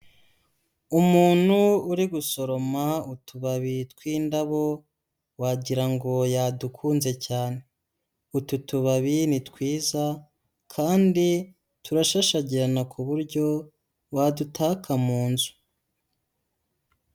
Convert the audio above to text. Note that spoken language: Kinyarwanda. Umuntu uri gusoroma utubabi tw'indabo wagira ngo yadukunze cyane, utu tubabi ni twiza kandi turashashagirana ku buryo wadutaka munzu.